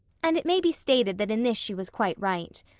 and it may be stated that in this she was quite right.